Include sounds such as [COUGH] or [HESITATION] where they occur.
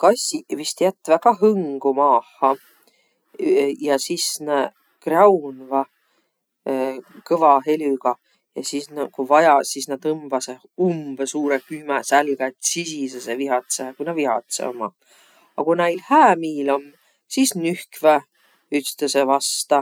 Kassiq vist jätväq kah hõngu maaha. [HESITATION] ja sis nääq kr'aunvaq [HESITATION] kõva helügaq. Ja sis nä ku vaja sis nä tõmbasõq umbõ suurõ kühmä sälgä ja tsisisõsõq vihatsõhe ku nä vihadsõq ommaq. A ku näil hää miil om, sis nühkväq ütstõsõ vasta.